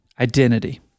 identity